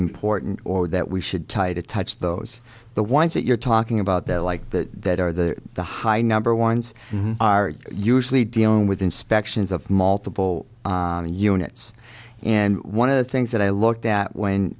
important or that we should tell you to touch those the ones that you're talking about there like that are the the high number ones are usually dealing with inspections of multiple units and one of the things that i looked at when